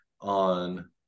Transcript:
on